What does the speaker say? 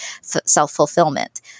self-fulfillment